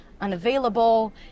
unavailable